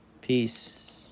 Peace